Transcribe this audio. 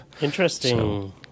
Interesting